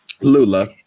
Lula